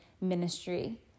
ministry